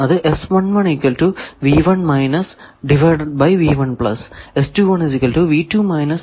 അത് എന്നിങ്ങനെയാണ്